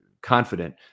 confident